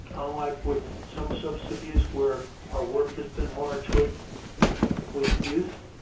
unlike with some substance abuse, where our work has been largely with youths.